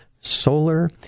solar